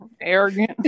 arrogant